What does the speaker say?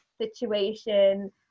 situation